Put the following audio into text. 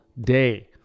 day